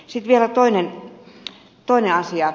sitten vielä toinen asia